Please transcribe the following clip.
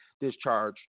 discharge